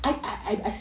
mm